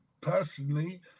Personally